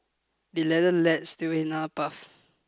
the ladder leads to another path